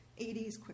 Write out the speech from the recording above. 80s